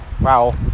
wow